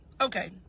okay